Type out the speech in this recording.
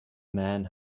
men